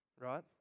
right